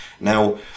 Now